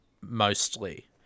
mostly